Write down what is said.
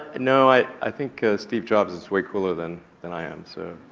no, i i think steve jobs is way cooler than than i am, so.